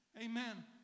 Amen